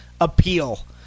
appeal